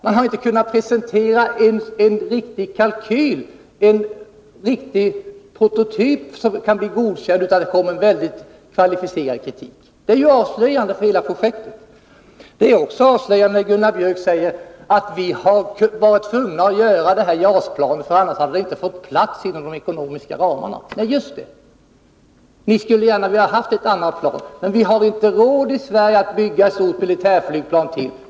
Man har inte kunnat presentera ens en riktig kalkyl, eller en riktig prototyp som kan bli godkänd, utan det kommer mycket kvalificerad kritik. Detta är avslöjande för hela projektet. Det är också avslöjande när Gunnar Björk säger att vi har varit tvungna att nu bygga JAS-planet, för annars hade det inte fått plats inom de ekonomiska ramarna. Nej, just det! Ni skulle gärna velat ha ett annat plan, men vi har i Sverige inte råd att bygga ett stort militärflygplan till.